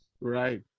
Right